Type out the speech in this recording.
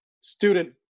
student